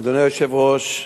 אדוני היושב-ראש,